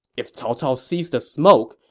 if cao cao sees the smoke,